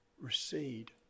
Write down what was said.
recede